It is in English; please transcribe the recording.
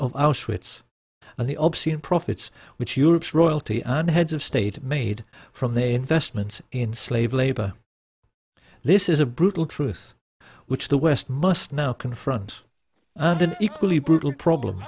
auschwitz and the obscene profits which europe's royalty and heads of state made from their investments in slave labor this is a brutal truth which the west must now confront an equally brutal problem